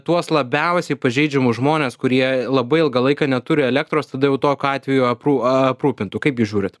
tuos labiausiai pažeidžiamus žmones kurie labai ilgą laiką neturi elektros tada jau tokiu atveju aprū aprūpintų kaip jūs žiūrit